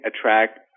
attract